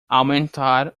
aumentar